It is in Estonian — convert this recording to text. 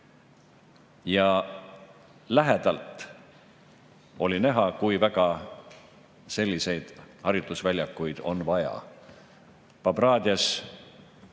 Lähedalt oli näha, kui väga selliseid harjutusväljakuid on vaja.